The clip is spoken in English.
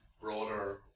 broader